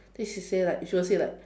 then she say like she will say like